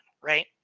right